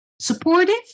supportive